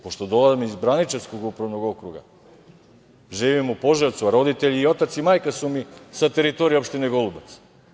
Pošto dolazim iz Braničevskog upravnog okruga, živim u Požarevcu, a roditelji i otac i majka su mi sa teritorije opštine Golubac.